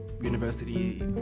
university